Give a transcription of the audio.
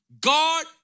God